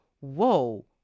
Whoa